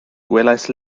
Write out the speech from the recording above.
gwelais